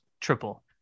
triple